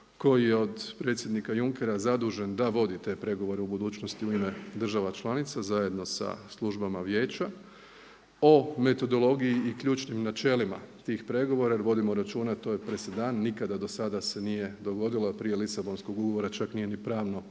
koji je od predsjednika Junckera zadužen da vodi te pregovore u budućnosti u ime država članica zajedno sa službama vijeća o metodologiji i ključnim načelima tih pregovora. Jer vodimo računa, a to je presedan, nikada dosada se nije dogodilo da prije Lisabonskog ugovora čak nije ni pravno